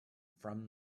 from